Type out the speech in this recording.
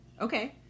okay